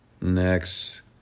Next